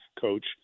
coach